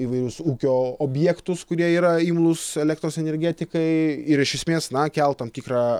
įvairius ūkio objektus kurie yra imlūs elektros energetikai ir iš esmės na kelt tam tikrą